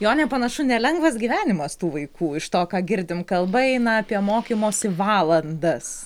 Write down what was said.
jone panašu nelengvas gyvenimas tų vaikų iš to ką girdim kalba eina apie mokymosi valandas